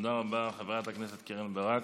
תודה רבה, חברת הכנסת קרן ברק.